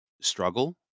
struggle